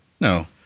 No